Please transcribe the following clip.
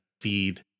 feed